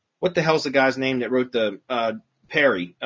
what the hell's the guy's name that wrote the perry,